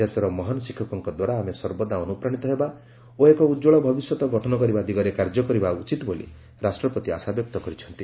ଦେଶର ମହାନ ଶିକ୍ଷକଙ୍କ ଦ୍ୱାରା ଆମେ ସର୍ବଦା ଅନୁପ୍ରାଣିତ ହେବା ଓ ଏକ ଉଜ୍ଜଳ ଭବିଷ୍ୟତ ଗଠନ କରିବା ଦିଗରେ କାର୍ଯ୍ୟ କରିପାରିବା ବୋଲି ରାଷ୍ଟ୍ରପତି ଆଶା ବ୍ୟକ୍ତ କରିଛନ୍ତି